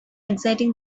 exciting